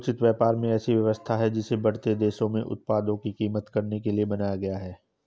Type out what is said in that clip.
उचित व्यापार ऐसी व्यवस्था है जिसे बढ़ते देशों में उत्पादकों की मदद करने के लिए बनाया गया है